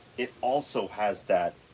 it also has that.